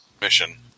mission